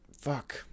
Fuck